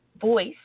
voice